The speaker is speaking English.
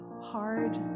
hard